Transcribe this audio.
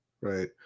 right